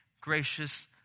gracious